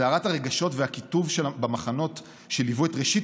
סערת הרגשות והקיטוב במחנות שליוו את ראשית